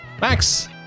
max